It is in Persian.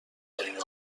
دنیا